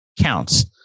counts